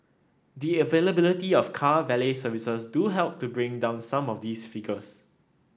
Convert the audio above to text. the availability of car valet services do help to bring down some of these figures